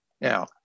Now